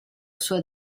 sua